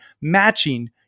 matching